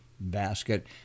basket